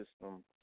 system